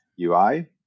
UI